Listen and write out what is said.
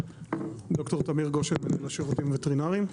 ד"ר תמיר גושן מנהל השירותים הווטרינריים.